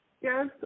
Yes